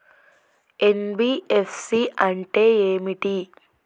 NBFC అంటే ఏమిటి?